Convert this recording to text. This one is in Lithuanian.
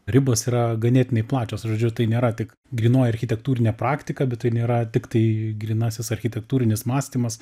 ribos yra ganėtinai plačios žodžiu tai nėra tik grynoji architektūrinė praktika bet tai nėra tiktai grynasis architektūrinis mąstymas